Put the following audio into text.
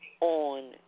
on